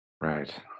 Right